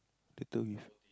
later with